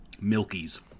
Milky's